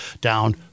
down